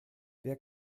wer